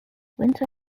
winter